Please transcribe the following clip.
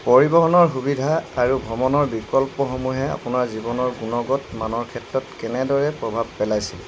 পৰিবহণৰ সুবিধা আৰু ভ্ৰমণৰ বিকল্পসমূহে আপোনাৰ জীৱনৰ গুণগত মানৰ ক্ষেত্ৰত কেনেদৰে প্ৰভাৱ পেলাইছে